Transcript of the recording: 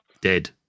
dead